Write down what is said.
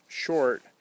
short